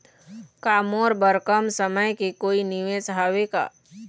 का मोर बर कम समय के कोई निवेश हावे का?